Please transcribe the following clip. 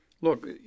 Look